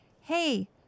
hey